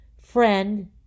friend